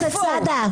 איפה הוא?